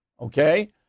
okay